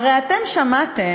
הרי אתם שמעתם